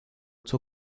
zur